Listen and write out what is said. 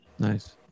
nice